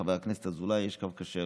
לחברת הכנסת אזולאי יש קו כשר,